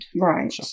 Right